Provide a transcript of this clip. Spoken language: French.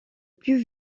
plus